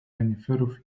reniferów